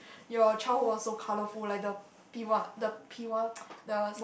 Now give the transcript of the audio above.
your childhood was so colourful like the P what the P what the